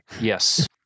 Yes